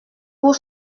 pour